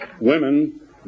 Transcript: women